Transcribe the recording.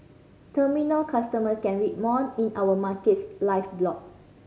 terminal customer can read more in our Markets Live blog